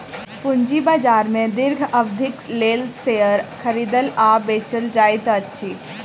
पूंजी बाजार में दीर्घ अवधिक लेल शेयर खरीदल आ बेचल जाइत अछि